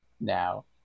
now